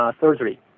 Surgery